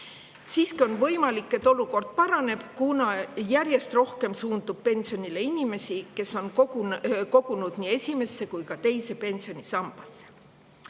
Siiski on võimalik, et olukord paraneb, kuna järjest rohkem suundub pensionile inimesi, kes on kogunud nii esimesse kui ka teise pensionisambasse.